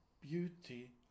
beauty